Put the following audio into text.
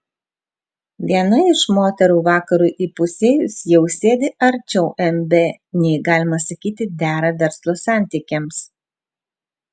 viena iš moterų vakarui įpusėjus jau sėdi arčiau mb nei galima sakyti dera verslo santykiams